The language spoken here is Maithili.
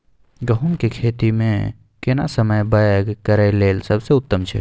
गहूम के खेती मे केना समय बौग करय लेल सबसे उत्तम छै?